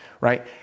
right